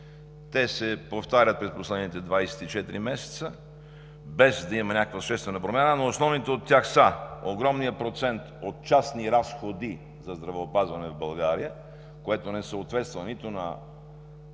Те се повтарят през последните 24 месеца, без да имаме някаква обществена промяна. Основните от тях са: огромният процент от частни разходи за здравеопазване в България, което не съответства нито на